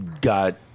got